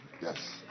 Yes